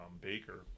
Baker